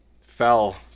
fell